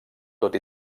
tot